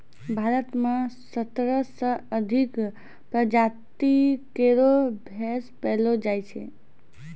भारत म सत्रह सें अधिक प्रजाति केरो भैंस पैलो जाय छै